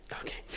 Okay